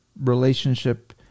relationship